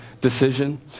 decision